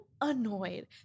annoyed